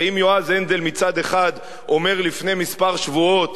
הרי אם יועז הנדל מצד אחד אומר לפני כמה שבועות